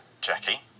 Jackie